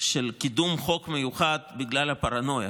של קידום חוק מיוחד בגלל הפרנויה.